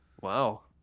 Wow